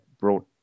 brought